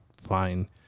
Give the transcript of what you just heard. fine